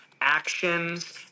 actions